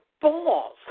balls